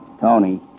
Tony